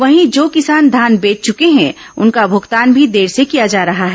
वहीं जो किसान धान बेच चुके हैं उनका भुगतान भी देर से किया जा रहा है